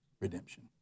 redemption